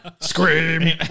scream